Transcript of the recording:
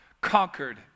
conquered